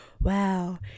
wow